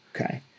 Okay